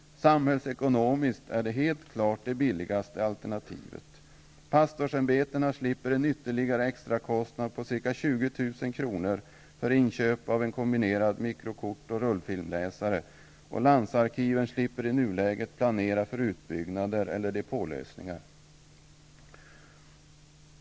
Samhällsekonomiskt vore det helt klart det billigaste alternativet. Pastorsämbetena skulle slippa en extrakostnad på 20 000 kr. för inköp av en kombinerad mikrokort och rullfilmläsare. Landsarkiven skulle i nuläget slippa planera för utbyggnader eller depålösningar.